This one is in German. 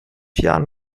jahren